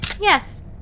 Yes